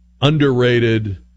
underrated